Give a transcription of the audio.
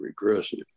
regressive